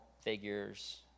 figures